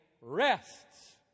rests